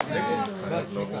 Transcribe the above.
הרבה יותר מתאן.